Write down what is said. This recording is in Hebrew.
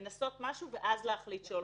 לנסות משהו ואז להחליט שהולכים.